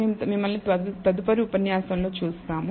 మేము మిమ్మల్ని తదుపరి ఉపన్యాసంలో చూస్తాము